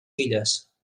filles